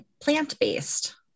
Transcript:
plant-based